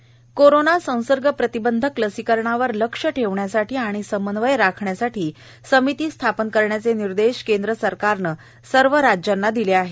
समन्वय समिती कोरोना संसर्ग प्रतिबंधक लसीकरणावर लक्ष ठेवण्यासाठी आणि समन्वय राखण्यासाठी समिती स्थापन करण्याचे निर्देश केंद्र सरकारनं सर्व राज्यांना दिले आहेत